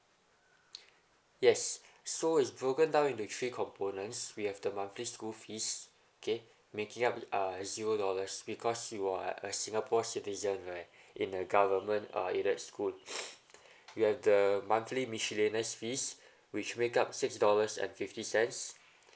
yes so it's broken down into three components we have the monthly school fees okay making up uh zero dollars because you are a singapore citizen right in the government uh aided school you've the monthly miscellaneous fee which make up six dollars and fifty cents